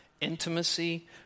Intimacy